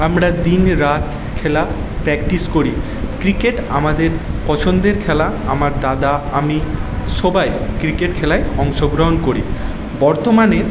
আমরা দিন রাত খেলা প্র্যাকটিস করি ক্রিকেট আমাদের পছন্দের খেলা আমার দাদা আমি সবাই ক্রিকেট খেলায় অংশগ্রহণ করি বর্তমানে